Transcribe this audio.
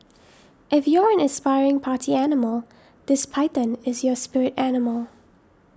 if you're an aspiring party animal this python is your spirit animal